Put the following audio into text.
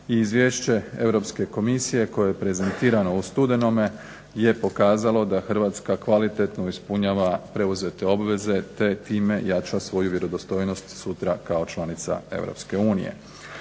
izvješće Europske komisije koje je prezentirano u studenome je pokazalo da Hrvatska kvalitetno ispunjava preuzete obveze te time jača svoju vjerodostojnost sutra kao članica EU.